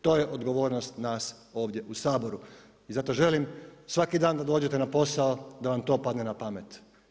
To je odgovornost nas ovdje u Saboru i zato želim svaki dan da dođete na posao da vam to padne na pamet.